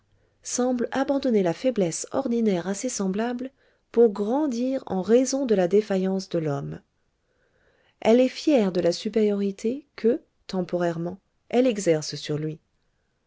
semble abandonner la faiblesse ordinaire à ses semblables pour grandir en raison de la défaillance de l'homme elle est fière de la supériorité que temporairement elle exerce sur lui